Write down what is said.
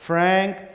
Frank